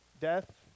Death